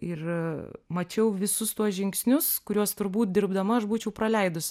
ir mačiau visus tuos žingsnius kuriuos turbūt dirbdama aš būčiau praleidus